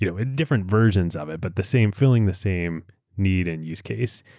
you know with different versions of it, but the same, filling the same need and use case.